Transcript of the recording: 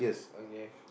okay